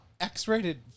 X-rated